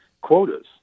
quotas